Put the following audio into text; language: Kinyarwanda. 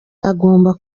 agomba